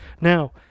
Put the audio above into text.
Now